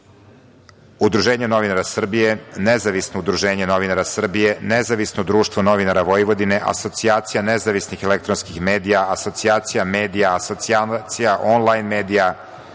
Udruženje novinara Srbije, Nezavisno udruženje novinara Srbije, Nezavisno društvo novinara Vojvodine, Asocijacija nezavisnih elektronskih medija, Asocijacija medija, Asocijacija onlajn medija,